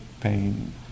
pain